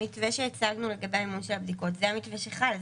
המתווה שהצגנו לגבי המימון של הבדיקות זה המתווה שחל.